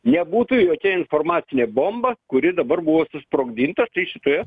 nebūtų jokia informacinė bomba kuri dabar buvo susprogdinta šitoje